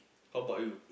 how about you